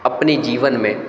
अपने जीवन में